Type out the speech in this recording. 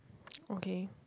okay